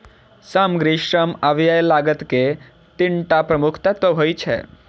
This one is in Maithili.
सामग्री, श्रम आ व्यय लागत के तीन टा प्रमुख तत्व होइ छै